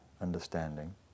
understanding